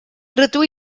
rydw